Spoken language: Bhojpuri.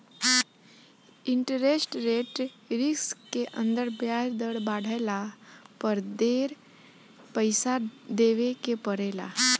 इंटरेस्ट रेट रिस्क के अंदर ब्याज दर बाढ़ला पर ढेर पइसा देवे के पड़ेला